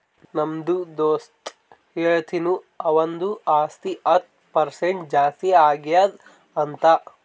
ನಮ್ದು ದೋಸ್ತ ಹೇಳತಿನು ಅವಂದು ಆಸ್ತಿ ಹತ್ತ್ ಪರ್ಸೆಂಟ್ ಜಾಸ್ತಿ ಆಗ್ಯಾದ್ ಅಂತ್